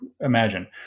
imagine